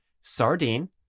sardine